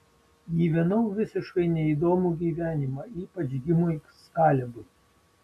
gyvenau visiškai neįdomų gyvenimą ypač gimus kalebui